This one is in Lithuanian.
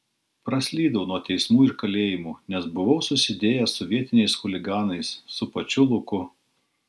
praslydau nuo teismų ir kalėjimų nes buvau susidėjęs su vietiniais chuliganais su pačiu luku